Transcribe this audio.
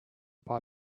buy